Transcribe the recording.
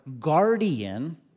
guardian